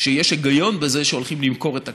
שיש היגיון בזה שהולכים למכור את הקרקע,